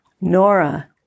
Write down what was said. Nora